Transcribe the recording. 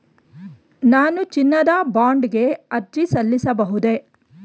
ನಾನು ಚಿನ್ನದ ಬಾಂಡ್ ಗೆ ಅರ್ಜಿ ಸಲ್ಲಿಸಬಹುದೇ?